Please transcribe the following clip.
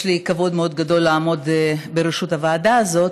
יש לי כבוד מאוד גדול לעמוד בראשות הוועדה הזאת,